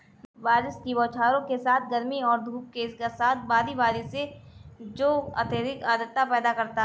बारिश की बौछारों के साथ गर्मी और धूप के साथ बारी बारी से जो अत्यधिक आर्द्रता पैदा करता है